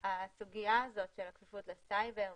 הסוגיה הזאת של הכפיפות לסייבר,